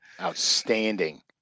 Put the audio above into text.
Outstanding